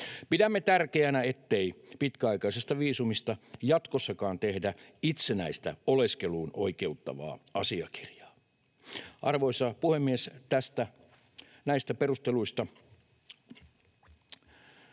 Pidämme tärkeänä, ettei pitkäaikaisesta viisumista jatkossakaan tehdä itsenäistä oleskeluun oikeuttavaa asiakirjaa. Arvoisa puhemies! Näistä perusteluista